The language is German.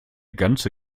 ganze